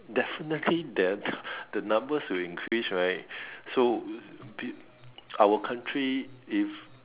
definitely there the numbers will increase right so our country if